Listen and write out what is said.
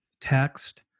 text